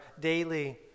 daily